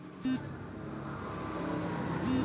কোনো ব্যবসায় পণ্যের উপর যদি লাভ হয় তাকে প্রফিট বলা হয়